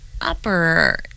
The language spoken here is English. upper